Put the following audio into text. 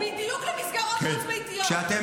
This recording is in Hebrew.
בדיוק למסגרות החוץ-ביתיות שקיימות.